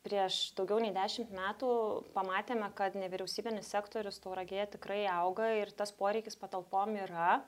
prieš daugiau nei dešimt metų pamatėme kad nevyriausybinis sektorius tauragėje tikrai auga ir tas poreikis patalpom yra